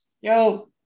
yo